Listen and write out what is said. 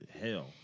hell